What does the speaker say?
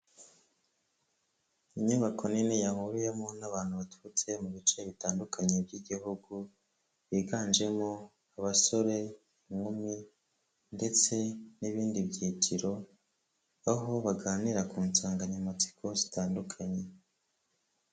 Inyubako nini yahuriwemo n'abantu baturutse mu bice bitandukanye by'igihugu, biganjemo abasore, inkumi ndetse n'ibindi byiciro, aho baganira ku nsanganyamatsiko zitandukanye.